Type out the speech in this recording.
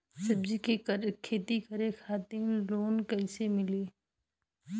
सब्जी के खेती करे खातिर लोन कइसे मिली?